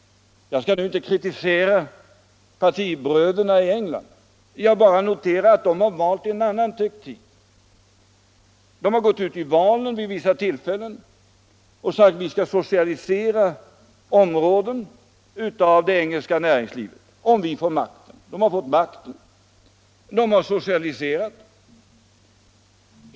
Jag skall nu inte kritisera partibröderna i England — jag noterar bara att de har valt en annan taktik. De har vid vissa tillfällen gått ut i val och sagt att de hade för avsikt att socialisera bestämda områden av det engelska näringslivet, om de fick makten. De har också fått makten och då genomfört sådana socialiseringar.